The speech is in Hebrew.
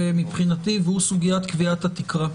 מבחינתי סוגית קביעת התקרה.